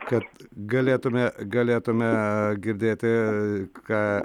kad galėtume galėtume girdėti ką